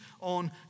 on